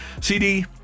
CD